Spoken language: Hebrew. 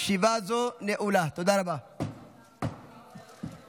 אני קובע כי הצעת חוק בתי דין רבניים (סדרי דין בעת מצב חירום